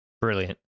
Brilliant